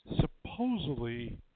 supposedly